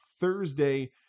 Thursday